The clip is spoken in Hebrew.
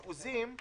האחוזים,